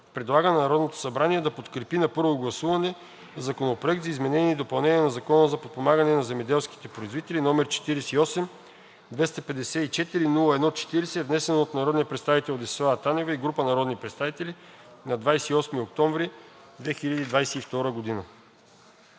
предлага на Народното събрание да подкрепи на първо гласуване Законопроект за изменение и допълнение на Закона за подпомагане на земеделските производители, № 48-254-01-40, внесен от народния представител Десислава Танева и група народни представители на 28 октомври 2022 г.“